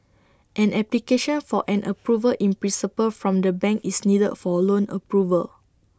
an application for an approval in principle from the bank is needed for loan approval